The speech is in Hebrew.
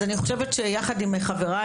אז אני חושבת שיחד עם חבריי,